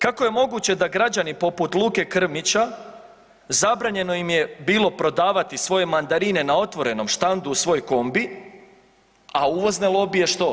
Kako je moguće da građani poput Luke Krmića zabranjeno im je bilo prodavati svoje mandarine na otvorenom štandu u svoj kombi, a uvozne lobije što?